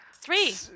three